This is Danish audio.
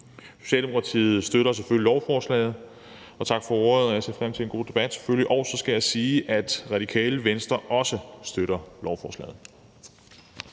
Socialdemokratiet støtter selvfølgelig lovforslaget. Jeg siger tak for ordet og ser selvfølgelig frem til en god debat. Og så skal jeg sige, at Radikale Venstre også støtter lovforslaget.